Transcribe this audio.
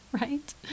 right